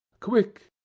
quick!